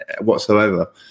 whatsoever